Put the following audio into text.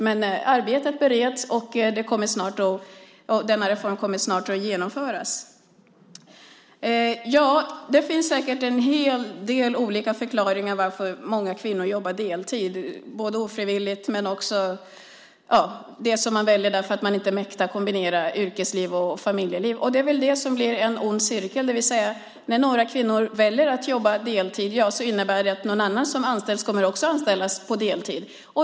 Men arbetet bereds, och denna reform kommer snart att genomföras. Det finns säkert en hel del olika förklaringar till varför många kvinnor jobbar deltid, både ofrivilligt och frivilligt - det senare för att man inte mäktar med att kombinera yrkesliv och familjeliv. Det är det som blir en ond cirkel. När några kvinnor väljer att jobba deltid innebär det att någon annan också anställs på deltid.